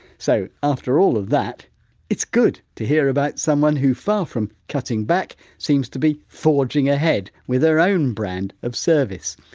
so, after all of that it's good to hear about someone who far from cutting back seems to be forging ahead with her own brand of service.